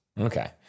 Okay